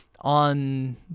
on